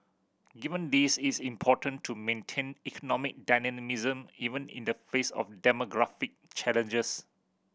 given this it is important to maintain economic dynamism even in the face of demographic challenges